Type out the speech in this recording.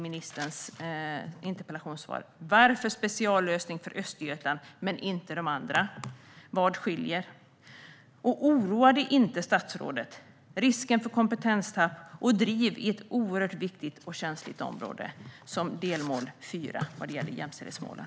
Varför ha en speciallösning för Östergötland men inte för de andra? Vad skiljer? Och oroa dig inte, statsrådet! Risken för kompetenstapp och driv är ett oerhört viktigt och känsligt område, som delmål fyra vad gäller jämställdhetsmålen.